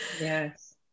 Yes